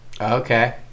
Okay